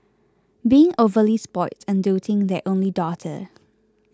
being overly spoilt and doting their only daughter